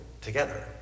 Together